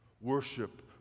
Worship